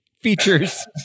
features